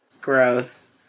Gross